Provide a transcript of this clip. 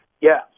Yes